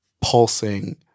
pulsing